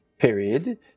period